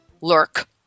Lurk